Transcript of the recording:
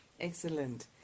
Excellent